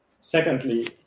Secondly